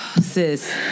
Sis